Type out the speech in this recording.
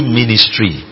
ministry